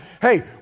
Hey